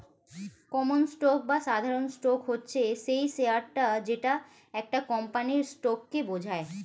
common stock বা সাধারণ stock হচ্ছে সেই শেয়ারটা যেটা একটা কোম্পানির স্টককে বোঝায়